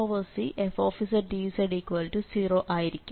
അപ്പോൾ അതായിരുന്നു Cauchy integral theorem